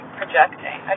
projecting